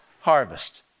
harvest